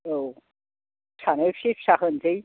औ फिसानो एसे फिसा होनोसै